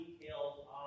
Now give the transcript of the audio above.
details